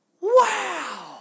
Wow